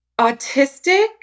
autistic